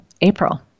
April